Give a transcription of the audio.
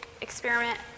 experiment